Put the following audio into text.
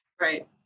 Right